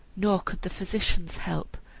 nor could the physicians help,